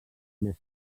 més